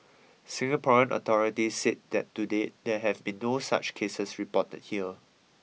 Singaporean authority said that to date there have been no such cases reported here